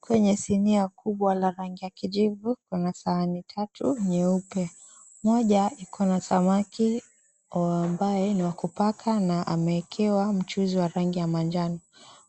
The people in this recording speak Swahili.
Kwenye sinia kubwa ya rangi ya kijivu kuna shani tatu nyeupe. Moja ikona samaki ambaye ni wakupaka na ameekwa mchuzi wa rangi manjano